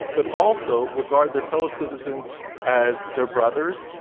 but also regard their fellow citizens as their brothers,